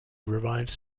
revives